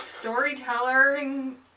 Storytelling